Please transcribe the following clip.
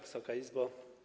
Wysoka Izbo!